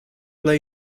lay